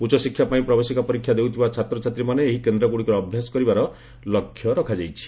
ଉଚ୍ଚଶିକ୍ଷା ପାଇଁ ପ୍ରବେଶିକା ପରୀକ୍ଷା ଦେଉଥିବା ଛାତ୍ରଚ୍ଚାତ୍ରୀମାନେ ଏହି କେନ୍ଦ୍ରଗୁଡ଼ିକରେ ଅଭ୍ୟାସ କରିବାର ଲକ୍ଷ୍ୟ ରଖାଯାଇଛି